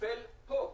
נופל כאן